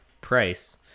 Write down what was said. price